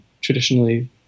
traditionally